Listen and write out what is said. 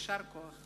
יישר כוח.